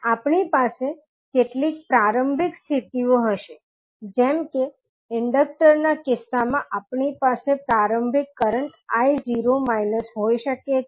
આપણી પાસે કેટલીક પ્રારંભિક સ્થિતિઓ હશે જેમ કે ઇન્ડક્ટરના કિસ્સામાં આપણી પાસે પ્રારંભિક કરંટ 𝑖0− હોઈ શકે છે